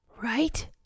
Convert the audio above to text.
right